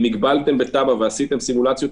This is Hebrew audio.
אם הגבלתם בטאבה ועשיתם סימולציות,